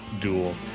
duel